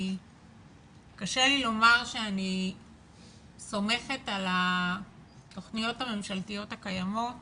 וקשה לי לומר שאני סומכת על התכניות הממשלתיות הקיימות